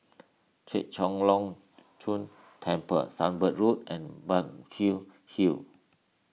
Chek Chai Long Chuen Temple Sunbird Road and Hill